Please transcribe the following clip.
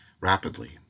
rapidly